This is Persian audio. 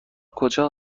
کجا